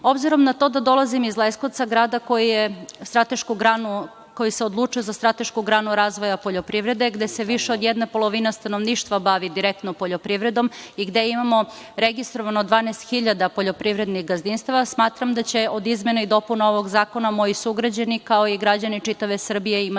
na to da dolazim iz Leskovca, grada koji se odlučio stratešku granu razvoja poljoprivrede, gde se više od jedne polovine stanovništva bavi direktno poljoprivredom i gde imamo registrovano 12 hiljada poljoprivrednih gazdinstava, smatram da će od izmena i dopuna ovog zakona moji sugrađani, kao i građani čitave Srbije imati